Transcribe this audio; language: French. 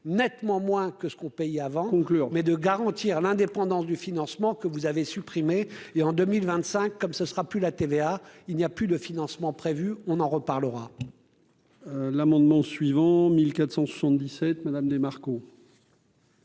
nettement moins que ce qu'on paye, avant de conclure, mais de garantir l'indépendance du financement que vous avez supprimé et en 2025, comme ce sera plus la TVA, il n'y a plus de financement prévu, on en reparlera.